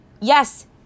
yes